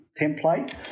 template